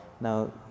Now